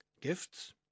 Gifts